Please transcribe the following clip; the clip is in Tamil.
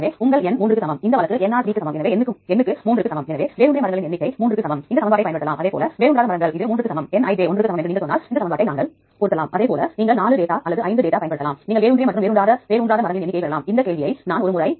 எனவே நீங்கள் விரும்பினால் நீங்கள் பிளாஸ்ட் செய்ய முடியும் அல்லது இரண்டு வரிசைகளை சீரமைக்க முடியும் அல்லது அடிப்படையிலான தேடலை பயன்படுத்துவதன் மூலமும் நீங்கள் செய்ய முடியும்